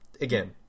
again